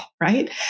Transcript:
right